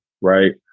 right